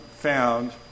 found